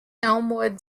elmwood